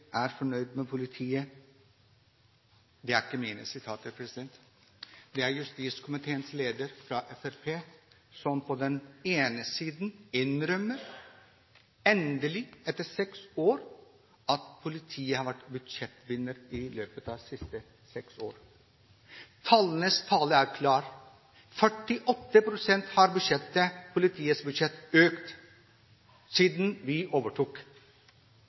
er så fornøyd med politiet.» Det er ikke mine ord, men sitat fra justiskomiteens leder, fra Fremskrittspartiet, som endelig innrømmer at politiet har vært budsjettvinner de siste seks årene. Tallenes tale er klar: Politiets budsjett har økt med 48 pst. siden vi overtok.